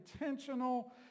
intentional